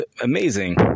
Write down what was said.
amazing